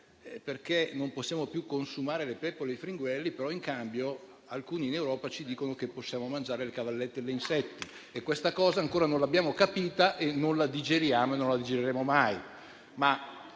perché non possiamo più consumarle, ma in cambio alcuni in Europa ci dicono che possiamo mangiare le cavallette e gli insetti. Questa cosa ancora non l'abbiamo capita, non la digeriamo e non la digeriremo mai.